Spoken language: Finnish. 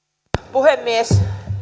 puhemies